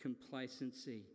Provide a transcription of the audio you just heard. complacency